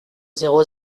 zéro